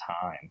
time